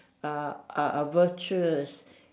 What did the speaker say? ah ah ah virtuous